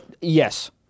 yes